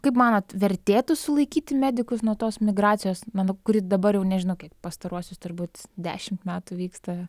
kaip manot vertėtų sulaikyti medikus nuo tos migracijos na nu kuri dabar jau nežinau kiek pastaruosius turbūt dešimt metų vyksta